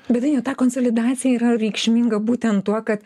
bet dainiau ta konsolidacija yra reikšminga būtent tuo kad